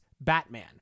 Batman